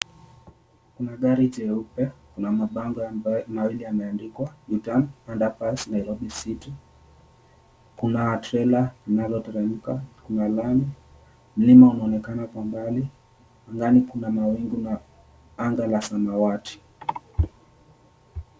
Kuna gari jeupe, Kuna mabango ambayo mawili yameandikwa U-Turn, underpass Nairobi city . Kuna trela linaloteremka, kuna lami, mlima unaonekana kwa mbali. Angani kuna mawingu na anga la samawati.